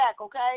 okay